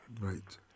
right